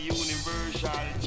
universal